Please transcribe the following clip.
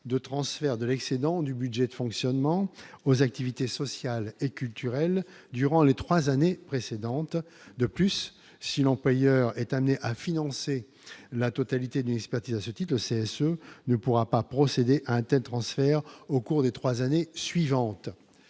de transfert de l'excédent du budget de fonctionnement aux activités sociales et culturelles durant les 3 années précédentes, de plus, si l'employeur est amené à financer la totalité d'une expertise à ce type de c'est ce ne pourra pas procéder à un transfert au cours des 3 années suivantes,